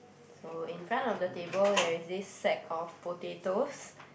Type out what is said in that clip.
so in front of the table there is this sack of potatoes